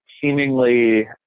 seemingly –